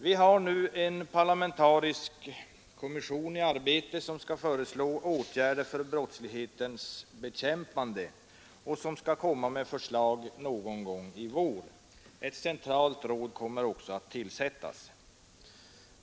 Vi har nu en parlamentarisk kommission i arbete som skall föreslå åtgärder för brottslighetens bekämpande och som skall komma med förslag någon gång i vår. Ett centralt råd kommer också att tillsättas.